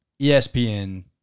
ESPN